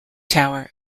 tower